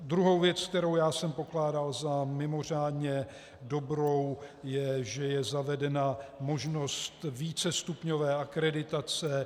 Druhou věcí, kterou já jsem pokládal za mimořádně dobrou, je, že je zavedena možnost vícestupňové akreditace.